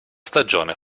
stagione